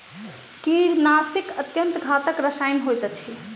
कीड़ीनाशक अत्यन्त घातक रसायन होइत अछि